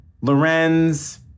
Lorenz